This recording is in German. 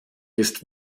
ist